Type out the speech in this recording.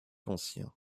ancien